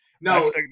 no